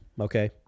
Okay